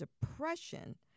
depression